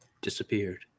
Disappeared